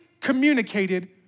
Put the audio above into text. communicated